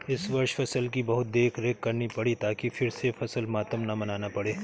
इस वर्ष फसल की बहुत देखरेख करनी पड़ी ताकि फिर से फसल मातम न मनाना पड़े